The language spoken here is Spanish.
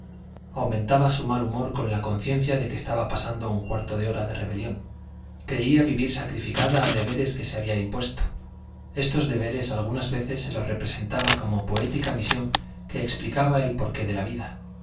aumentaba su mal humor con la conciencia de que estaba pasando un cuarto de hora de rebelión creía vivir sacrificada a deberes que se había impuesto estos deberes algunas veces se los representaba como poética misión que explicaba el por qué de la vida